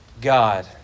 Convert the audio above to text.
God